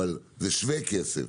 אבל זה שווה כסף,